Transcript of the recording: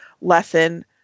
lesson